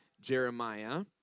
Jeremiah